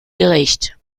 gericht